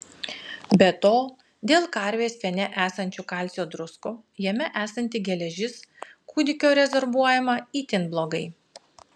be to dėl karvės piene esančių kalcio druskų jame esanti geležis kūdikio rezorbuojama itin blogai